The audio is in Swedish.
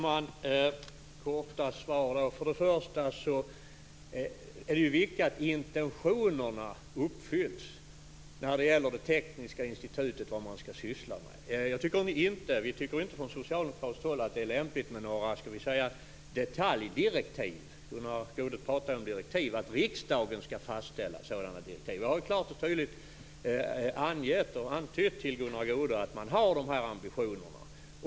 Fru talman! Jag skall ge korta svar. Först och främst är det viktigt att intentionerna uppfylls när det gäller vad det tekniska institutet skall syssla med. Vi tycker inte från socialdemokratiskt håll att det är lämpligt med några detaljdirektiv. Gunnar Goude talar om att riksdagen skall fastställa sådana direktiv. Jag har klart och tydligt angett och antytt till Gunnar Goude att man har de ambitionerna.